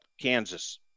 Kansas